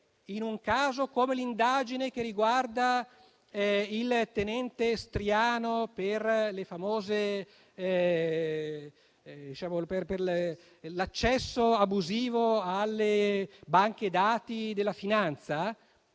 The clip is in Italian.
in un caso come l'indagine che riguarda il tenente Striano per l'accesso abusivo alle banche dati della finanza,